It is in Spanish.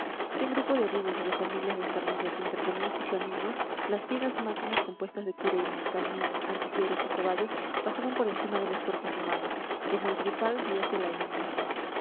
si un grupo de heridos o de familias desvalidas se interponía en su camino las ciegas máquinas compuestas de cureña cañón artilleros y caballos pasaban por encima de los cuerpos humanos como el brutal dios de la india